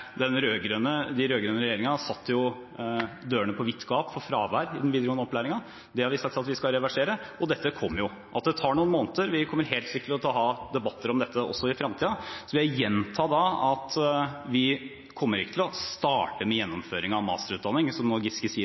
Den rød-grønne regjeringen satte dørene på vidt gap for fravær i den videregående opplæringen. Det har vi sagt at vi skal reversere. Dette kommer jo, men det tar noen måneder. Vi kommer helt sikkert til å ha debatter om dette også i fremtiden. Så vil jeg gjenta at vi ikke kommer til å starte med gjennomføringen av masterutdanning, som Giske nå sier